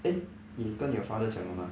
eh 你跟你 father 讲了 mah